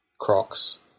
crocs